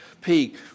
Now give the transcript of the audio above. peak